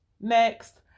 Next